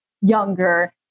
younger